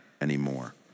anymore